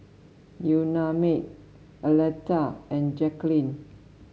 Unnamed Aleta and Jackeline